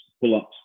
pull-ups